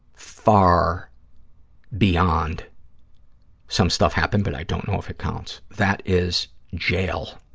far beyond some stuff happened but i don't know if it counts. that is jail